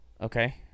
Okay